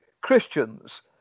Christians